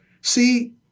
see